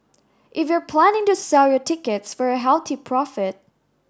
if you're planning to sell your tickets for a healthy profit